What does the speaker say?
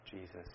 Jesus